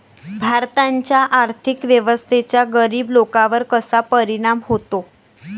भारताच्या आर्थिक व्यवस्थेचा गरीब लोकांवर कसा परिणाम होतो?